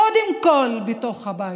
קודם כול בתוך הבית.